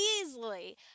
easily